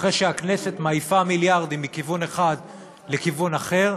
אחרי שהכנסת מעיפה מיליארדים מכיוון אחר לכיוון אחר,